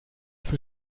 für